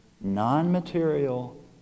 non-material